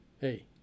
Hey